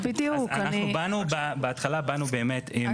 אז אנחנו באנו בהתחלה --- כן, כן.